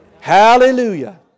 Hallelujah